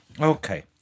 Okay